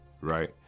right